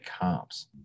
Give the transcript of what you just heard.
comps